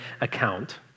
account